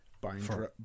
buying